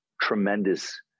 tremendous